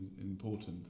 important